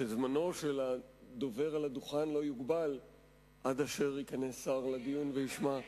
שזמנו של הדובר על הדוכן לא יוגבל עד אשר ייכנס שר לדיון וישמע.